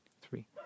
three